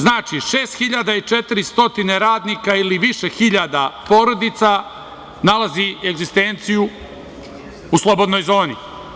Znači, 6.400 radnika ili više hiljada porodica nalazi egzistenciju u Slobodnoj zoni.